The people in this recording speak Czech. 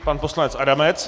Pan poslanec Adamec.